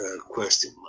question